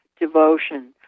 devotion